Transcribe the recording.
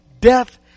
death